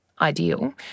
ideal